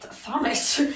thomas